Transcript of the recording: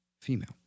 female